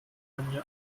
kampagne